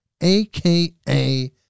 aka